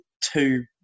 two